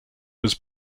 was